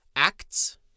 Acts